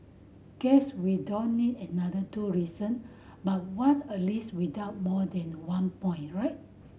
guess we don't need another two reason but what's a list without more than one point right